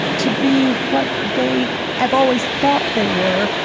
to be what they have always thought they were,